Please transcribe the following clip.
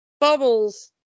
Bubbles